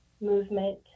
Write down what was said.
Movement